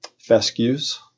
fescues